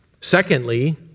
Secondly